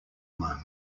moment